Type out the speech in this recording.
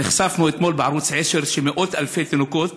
נחשפנו אתמול בערוץ 10 לכך שמאות אלפי תינוקות